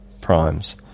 Primes